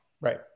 Right